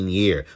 year